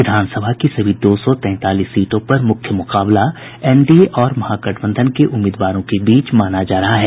विधानसभा की सभी दो सौ तैंतालीस सीटों पर मुख्य मुकाबला एनडीए और महागठबंधन के उम्मीदवारों के बीच माना जा रहा है